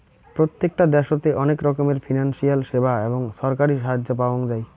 প্রত্যেকটা দ্যাশোতে অনেক রকমের ফিনান্সিয়াল সেবা এবং ছরকারি সাহায্য পাওয়াঙ যাই